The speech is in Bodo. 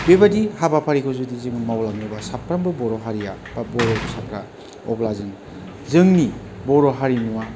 बेबादि हाबाफारिखौ जुदि जोङो मावलाङोबा साफ्रोमबो बर' हारिया बा बर' फिसाफ्रा अब्ला जों जोंनि बर' हारिमुवा